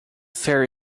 ferry